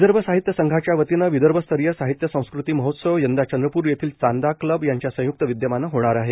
विदर्भ साहित्य संघाच्या वतीन विदर्भस्तरीय साहित्य संस्कृती महोत्सव यंदा चंद्रप्र येथील चांदा क्लब यांच्या संय्क्त विद्यमान होणार आहे